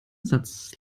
satz